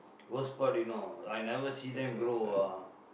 worst part you know I never see them grow ah